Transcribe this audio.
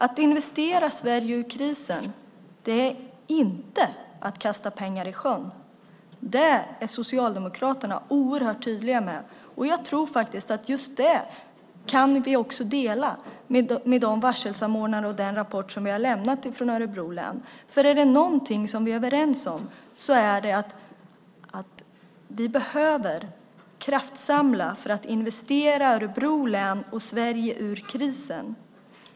Att investera Sverige ur krisen är inte att kasta pengar i sjön. Det är Socialdemokraterna oerhört tydliga med. Jag tror faktiskt att just det kan vi dela med de varselsamordnare och den rapport som vi har lämnat från Örebro län, för är det någonting som vi är överens om så är det att vi behöver kraftsamla för att investera Örebro län och Sverige ur krisen.